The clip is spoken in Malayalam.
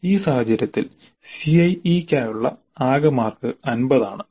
ഈ സാഹചര്യത്തിൽ CIE ക്കായുള്ള ആകെ മാർക്ക് 50 ആണ്